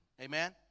Amen